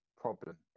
problem